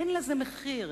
אין לזה מחיר.